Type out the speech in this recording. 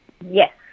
Yes